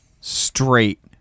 straight